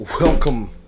Welcome